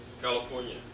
California